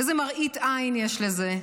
איזה מראית עין יש לזה?